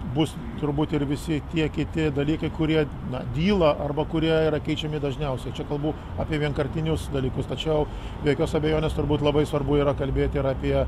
bus turbūt ir visi tie kiti dalykai kurie na dyla arba kurie yra keičiami dažniausiai čia kalbu apie vienkartinius dalykus tačiau be jokios abejonės turbūt labai svarbu yra kalbėt ir apie